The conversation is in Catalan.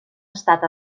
estat